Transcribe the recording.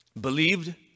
believed